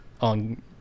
on